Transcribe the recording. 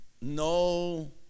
No